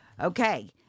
Okay